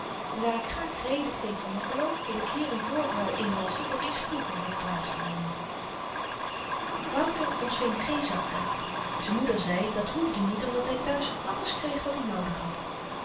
en daar ik graag reden geef van m'n geloof wil ik hier n voorval inlasschen dat iets vroeger had plaats gevonden wouter ontving geen zakgeld z'n moeder zei dat hoefde niet omdat hy thuis alles kreeg wat i noodig had